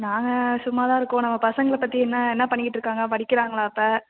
நாங்கள் சும்மாதான் இருக்கோம் நம்ம பசங்களை பற்றி என்ன என்ன பண்ணிக்கிட்டு இருக்காங்க படிக்கிறாங்களா இப்போ